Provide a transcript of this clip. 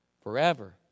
forever